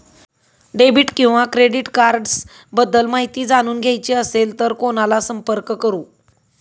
Debit किंवा credit cards बद्दल माहिती जाणून घ्यायची असेल तर कोणाला संपर्क करु?